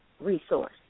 resource